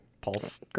pulse